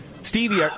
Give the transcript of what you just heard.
Stevie